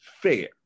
fair